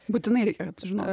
būtinai reikia kad sužinot